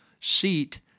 seat